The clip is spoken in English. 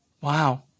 wow